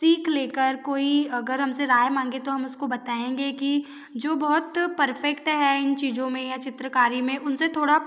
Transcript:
सीख ले कर कोई अगर हसे राय माँगे तो उसको बताएँगे कि जो बहुत परफेक्ट है इन चीज़ों में या चित्रकारी में उन से थोड़ा